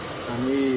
שניסינו".